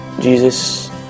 Jesus